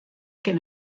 kin